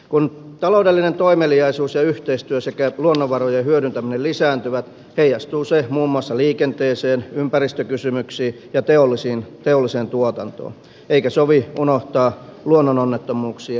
kun taloudellinen toimeliaisuus ja yhteistyö sekä luonnonvarojen hyödyntäminen lisääntyvät heijastuu se muun muassa liikenteeseen ympäristökysymyksiin ja teolliseen tuotantoon eikä sovi unohtaa luonnononnettomuuksien riskiä